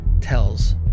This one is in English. tells